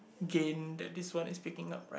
gain that this one is picking up right